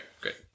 great